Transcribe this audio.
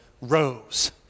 rose